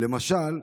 למשל,